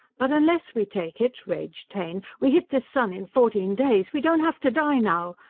but unless we take it, raged taine, we hit this sun in fourteen days! we don't have to die now!